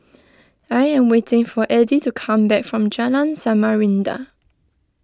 I am waiting for Eddie to come back from Jalan Samarinda